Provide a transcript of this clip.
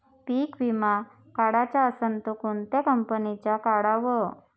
पीक विमा काढाचा असन त कोनत्या कंपनीचा काढाव?